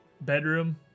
bedroom